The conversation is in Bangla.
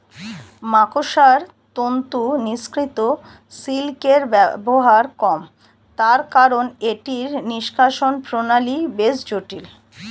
মাকড়সার তন্তু নিঃসৃত সিল্কের ব্যবহার কম, তার কারন এটির নিষ্কাশণ প্রণালী বেশ জটিল